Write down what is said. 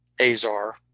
Azar